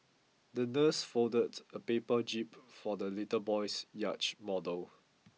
the nurse folded a paper jib for the little boy's yacht model